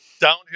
downhill